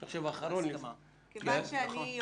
אני מהאופטימיים.